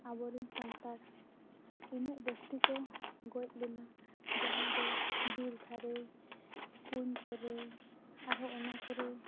ᱟᱵᱚᱨᱮᱱ ᱥᱟᱱᱛᱟᱲ ᱤᱱᱟᱹᱜ ᱡᱟᱹᱥᱛᱤᱠᱚ ᱜᱚᱡ ᱞᱮᱱᱟ ᱡᱟᱦᱟᱸ ᱫᱚ ᱵᱤᱨ ᱫᱷᱟᱨᱮ ᱠᱩᱧ ᱠᱚᱨᱮ ᱟᱨᱦᱚᱸ ᱚᱱᱟ ᱠᱚᱨᱮ